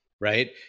right